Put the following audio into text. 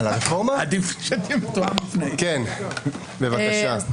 12:22) בבקשה.